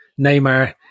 Neymar